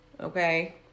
Okay